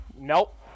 nope